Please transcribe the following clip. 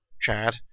Chad